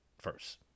first